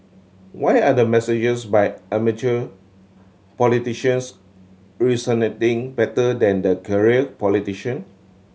why are the messages by amateur politicians resonating better than the career politician